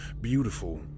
beautiful